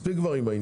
מספיק עם זה